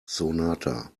sonata